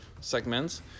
segments